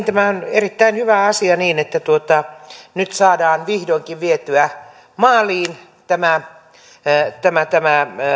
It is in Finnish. tämä on erittäin hyvä asia että nyt saadaan vihdoinkin vietyä maaliin tämä tämä